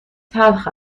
تلخ